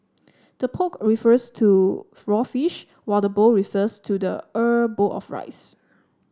the poke refers to raw fish while the bowl refers to the er bowl of rice